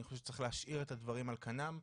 אני חושב שצריך להשאיר את הדברים על כנם.